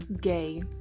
gay